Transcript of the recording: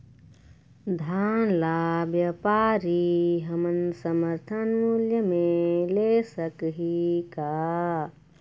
धान ला व्यापारी हमन समर्थन मूल्य म ले सकही का?